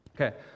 Okay